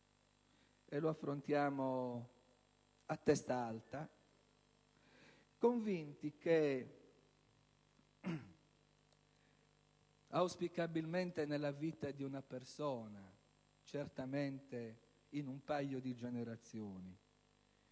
e lo facciamo a testa alta, convinti che, auspicabilmente, nella vita di una persona, certamente in un paio di generazioni,